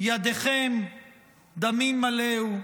"ידיכם דמים מלאו".